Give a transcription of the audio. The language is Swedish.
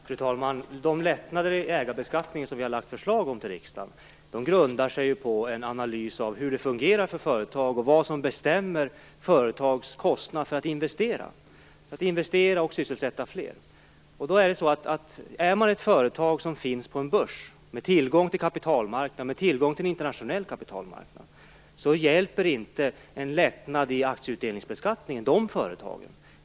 Fru talman! De lättnader i ägarbeskattningen som vi har lagt fram förslag om till riksdagen grundar sig på en analys av hur det fungerar för företagen och på vad som bestämmer ett företags kostnad för att investera och sysselsätta fler. Ett företag som finns på en börs med tillgång till en internationell kapitalmarknad, är inte hjälpt av en lättnad i aktieutdelningsbeskattningen.